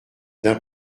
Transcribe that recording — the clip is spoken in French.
d’un